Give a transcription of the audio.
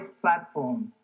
platform